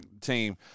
team